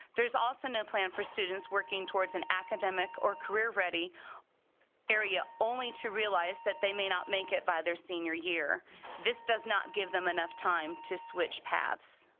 there's also no plan for students working towards an academic or career ready area only to realize that they may not make it by their senior year this does not give them enough time to switch paths